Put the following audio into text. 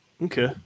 okay